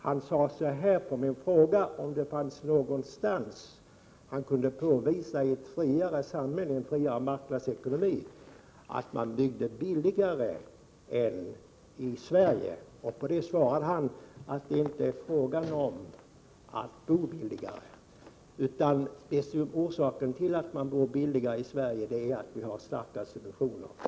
Jag hade frågat om han någonstans kunde påvisa en friare marknadsekonomi där man byggde billigare än i Sverige. På det svarade han att det inte är fråga om att bo billigare, utan att orsaken till att vi bor billigare i Sverige är att vi har starka subventioner.